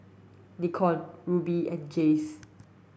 Nikon Rubi and Jays